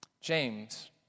James